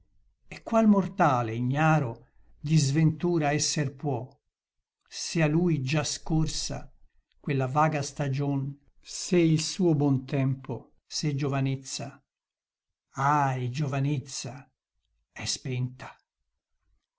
e qual mortale ignaro di sventura esser può se a lui già scorsa quella vaga stagion se il suo buon tempo se giovanezza ahi giovanezza è spenta